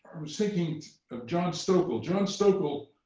was thinking of john stoeckle. john stoeckle,